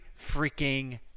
freaking